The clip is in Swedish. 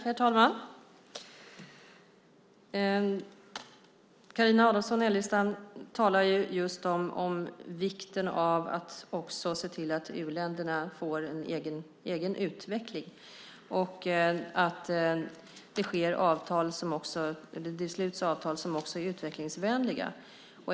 Herr talman! Carina Adolfsson Elgestam talar om vikten av att se till att u-länderna får en egen utveckling och att det sluts avtal som är utvecklingsvänliga.